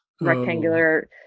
rectangular